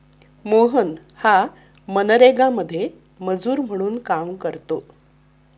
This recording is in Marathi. मोहन हा मनरेगामध्ये मजूर म्हणून काम करतो